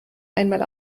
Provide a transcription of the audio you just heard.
einmal